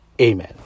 Amen